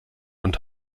und